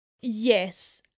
Yes